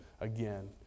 again